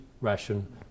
ration